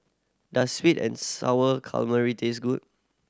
does sweet and Sour Calamari taste good